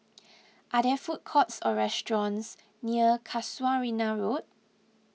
are there food courts or restaurants near Casuarina Road